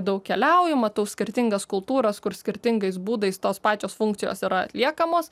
daug keliauju matau skirtingas kultūras kur skirtingais būdais tos pačios funkcijos yra atliekamos